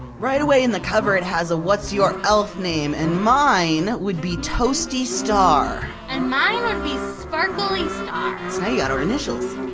right away in the cover, it has a what's your elf name? and mine would be toasty star. and mine would be sparkly star. so now you got our initials!